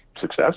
success